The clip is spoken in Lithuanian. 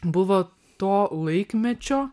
buvo to laikmečio